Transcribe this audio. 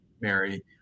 Mary